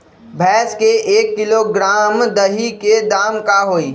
भैस के एक किलोग्राम दही के दाम का होई?